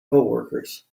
coworkers